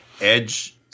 Edge